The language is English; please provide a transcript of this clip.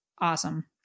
Awesome